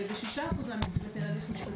וב-6% מהמקרים --- הליך משפטי.